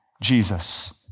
Jesus